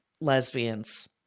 lesbians